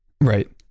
Right